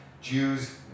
Jews